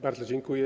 Bardzo dziękuję.